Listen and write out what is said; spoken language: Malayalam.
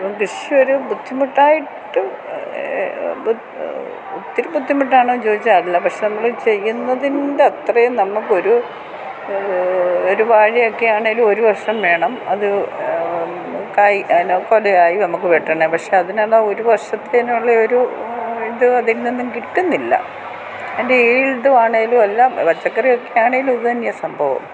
അപ്പം കൃഷി ഒരു ബുദ്ധിമുട്ടായിട്ട് ഒത്തിരി ബുദ്ധിമുട്ടാണോന്ന് ചോദിച്ചാൽ അല്ല പക്ഷേ നമ്മൾ ചെയ്യുന്നതിന്റെ അത്രയും നമുക്കൊരു ഒരു വാഴ ഒക്കെ ആണേലും ഒരു വർഷം വേണം അത് കായ് അതിനെ കൊല ആയി നമുക്ക് വെട്ടണേൽ പക്ഷേ അതിനാന്നെ ഒരു വർഷത്തേനൊള്ളെയൊരു ഇത് അതിൽ നിന്നും കിട്ടുന്നില്ല അതിൻ്റെ ഏതു ആണേലും എല്ലാം പച്ചക്കറി ഒക്കെ ആണേലും ഇതുതന്നെയാണ് സംഭവം